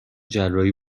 جراحی